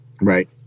Right